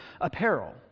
apparel